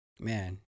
Man